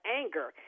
anger